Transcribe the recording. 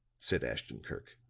said ashton-kirk.